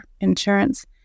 insurance